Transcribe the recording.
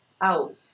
out